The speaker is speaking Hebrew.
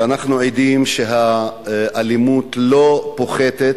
ואנחנו עדים שהאלימות לא פוחתת,